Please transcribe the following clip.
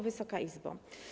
Wysoka Izbo!